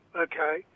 okay